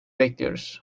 bekliyoruz